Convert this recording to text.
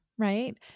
Right